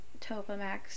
Topamax